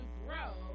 grow